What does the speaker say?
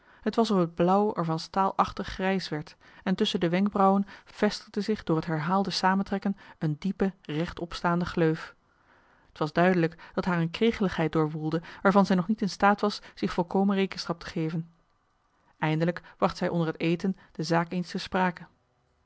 t was of het blauw er van staalchtig grijs werd en tusschen de wenkbrauwen vestigde zich door het herhaalde samentrekken een diepe rechtopstaande gleuf t was duidelijk dat haar een kregeligmarcellus emants een nagelaten bekentenis heid doorwoelde waarvan zij nog niet in staat was zich volkomen rekenschap te geven eindelijk bracht zij onder het eten de zaak eens ter sprake